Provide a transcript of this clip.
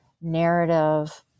narrative